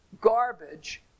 garbage